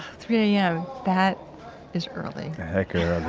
three a m. that is early hecka